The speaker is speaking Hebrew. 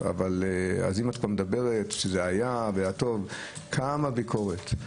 אז אם את כבר מדברת שזה היה כמה ביקורת,